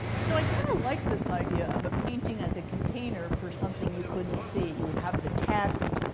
so i kind of liked this idea of a painting as a container for something you couldn't see. you would have the text.